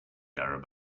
arab